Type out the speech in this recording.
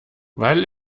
weil